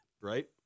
Right